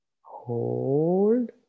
hold